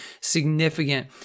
significant